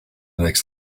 next